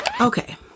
Okay